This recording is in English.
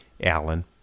Alan